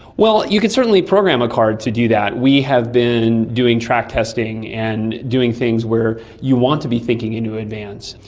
well, you could certainly program a car to do that. we have been doing track testing and doing things where you want to be thinking into advance.